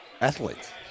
athletes